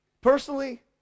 Personally